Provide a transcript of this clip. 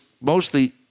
mostly